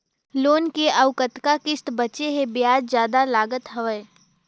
Loan के अउ कतका किस्त बांचें हे? ब्याज जादा लागत हवय,